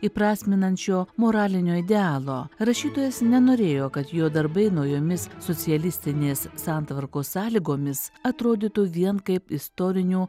įprasminančio moralinio idealo rašytojas nenorėjo kad jo darbai naujomis socialistinės santvarkos sąlygomis atrodytų vien kaip istorinių